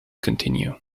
continue